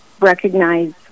recognize